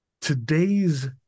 today's